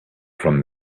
from